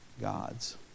God's